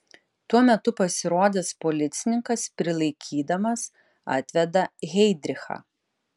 tuo metu pasirodęs policininkas prilaikydamas atveda heidrichą